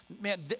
man